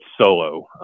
solo